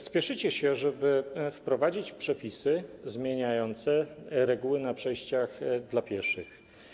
Spieszycie się, żeby wprowadzić przepisy zmieniające reguły na przejściach dla pieszych.